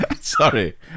Sorry